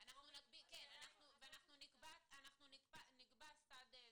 אנחנו נקבע סד זמנים,